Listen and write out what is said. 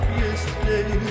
yesterday